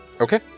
Okay